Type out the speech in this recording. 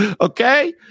Okay